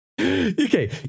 Okay